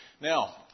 Now